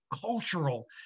cultural